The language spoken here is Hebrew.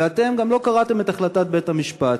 ואתם גם לא קראתם את החלטת בית-המשפט.